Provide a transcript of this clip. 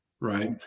right